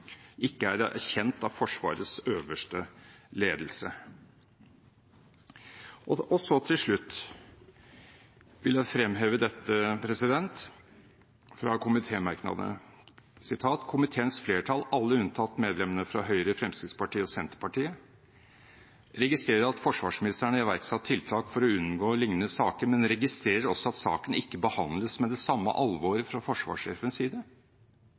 ikke er erkjent av Forsvarets øverste ledelse.» Til slutt vil jeg fremheve dette fra komitémerknadene: «Komiteens flertall, alle unntatt medlemmene fra Høyre, Fremskrittspartiet og Senterpartiet, registrerer at forsvarsministeren har iverksatt tiltak for å unngå liknende saker, men registrerer også at saken ikke behandles med det samme alvoret fra forsvarssjefens side.